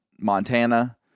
Montana